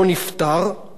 לא בטלוויזיה,